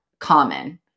common